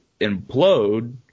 implode